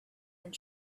and